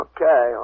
Okay